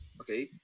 Okay